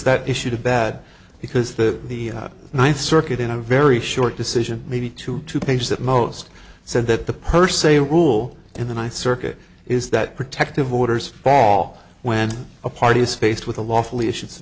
that issue to bad because the the ninth circuit in a very short decision maybe two to page that most said that the per se rule in the eye circuit is that protective orders fall when a party is faced with a